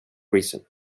reason